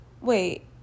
Wait